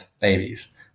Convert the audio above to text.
babies